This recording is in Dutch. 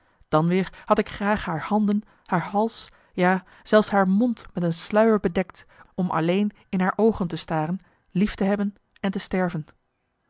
dan weer had ik graag haar handen haar hals ja zelfs haar mond met een sluier bedekt om alleen in haar oogen te staren lief te hebben en te sterven